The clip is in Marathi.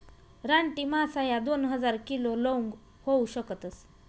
रानटी मासा ह्या दोन हजार किलो लोंग होऊ शकतस